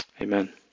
Amen